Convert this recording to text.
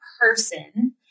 person